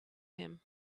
him